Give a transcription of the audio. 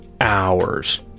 hours